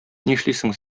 нишлисең